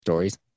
stories